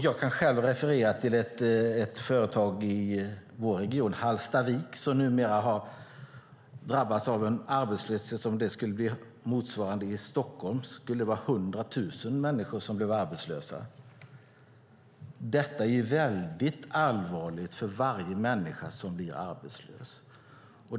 Jag kan själv referera till ett företag i vår region, Hallstavik, som numera har drabbats av en arbetslöshet. Motsvarande arbetslöshet i Stockholm skulle handla om 100 000 personer. Detta är mycket allvarligt för varje människa som blir arbetslös.